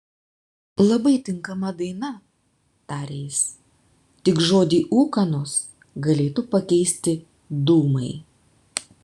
labai tinkama daina tarė jis tik žodį ūkanos galėtų pakeisti dūmai